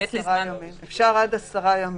אפשר עד עשרה ימים.